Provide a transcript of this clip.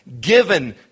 Given